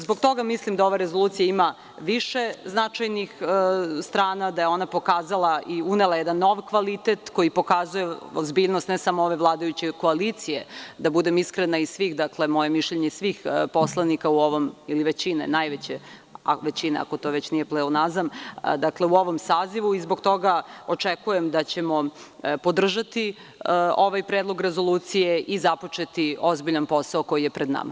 Zbog toga mislim da ova rezolucija ima više značajnih strana, da je ona pokazala i unela jedan nov kvalitet koji pokazuje ozbiljnost ne samo ove vladajuće koalicije, da budem iskrena i svih poslanika, ili najveće većine, ako to već nije pleonazam, u ovom sazivu i zbog toga očekujem da ćemo podržati ovaj Predlog rezolucije i započeti ozbiljan posao koji je pred nama.